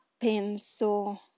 penso